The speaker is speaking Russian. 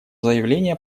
заявление